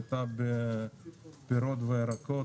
הייתה בפירות והירקות,